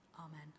Amen